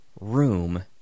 room